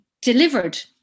delivered